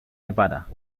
nevada